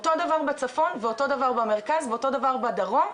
אותו דבר בצפון ואותו דבר במרכז ואותו דבר בדרום,